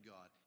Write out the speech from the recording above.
God